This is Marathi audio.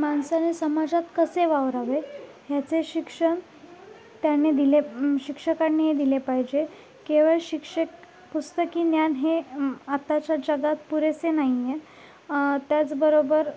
माणसाने समाजात कसे वावरावे ह्याचे शिक्षण त्याने दिले शिक्षकांनी दिले पाहिजे केवळ शिक्षक पुस्तकी ज्ञान हे आत्ताच्या जगात पुरेसे नाही आहे त्याचबरोबर